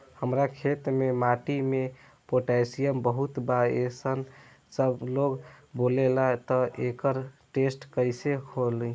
हमार खेत के माटी मे पोटासियम बहुत बा ऐसन सबलोग बोलेला त एकर टेस्ट कैसे होई?